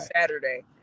Saturday